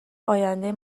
آینده